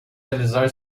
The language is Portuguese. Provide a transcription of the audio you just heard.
realizar